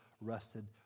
rested